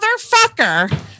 motherfucker